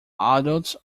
adults